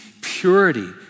purity